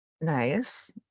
Nice